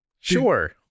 Sure